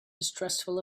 distrustful